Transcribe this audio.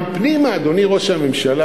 גם פנימה, אדוני ראש הממשלה,